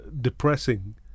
depressing